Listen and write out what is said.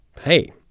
Hey